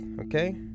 Okay